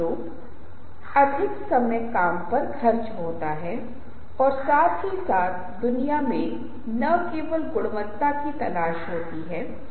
उदाहरण के लिए यदि आप अपने भव्य बच्चे के साथ या अपने दादा के साथ एक काफी घर कैफे Café में जाते हैं तो हम कहते हैं आप पाते हैं कि आपके दादाजी आपकी तुलना में भोजन और पेय पदार्थों के पूरी तरह से अलग अलग सेटों में रुचि रखते होंगे